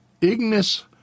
ignis